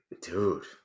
Dude